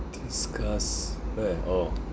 disgusts where orh